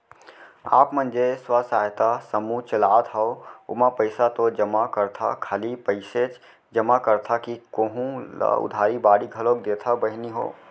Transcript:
आप मन जेन स्व सहायता समूह चलात हंव ओमा पइसा तो जमा करथा खाली पइसेच जमा करथा कि कोहूँ ल उधारी बाड़ी घलोक देथा बहिनी हो?